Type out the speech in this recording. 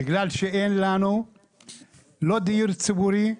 בגלל שאין לנו לא דיור ציבורי,